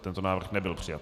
Tento návrh nebyl přijat.